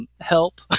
help